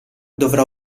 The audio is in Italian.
dovrà